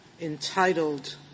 entitled